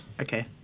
okay